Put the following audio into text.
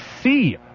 see